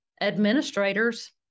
administrators